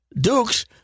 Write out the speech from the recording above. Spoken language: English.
Dukes